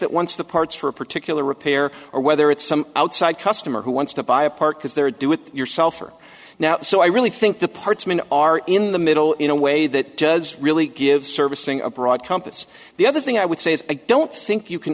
that once the parts for a particular repair or whether it's some outside customer who wants to buy a park is there do it yourself for now so i really think the parts men are in the middle in a way that does really give servicing a broad compass the other thing i would say is a don't think you can